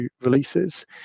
releases